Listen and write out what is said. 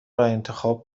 انتخاب